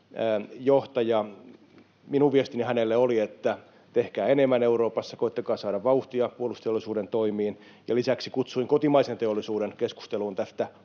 Minun viestini hänelle oli, että tehkää enemmän Euroopassa, koettakaa saada vauhtia puolustusteollisuuden toimiin. Lisäksi kutsuin kotimaisen teollisuuden keskusteluun tästä